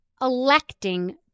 electing